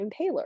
Impaler